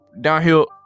downhill